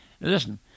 Listen